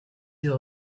hier